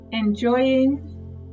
enjoying